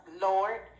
Lord